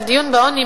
הדיון בעוני,